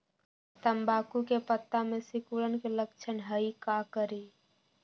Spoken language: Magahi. तम्बाकू के पत्ता में सिकुड़न के लक्षण हई का करी?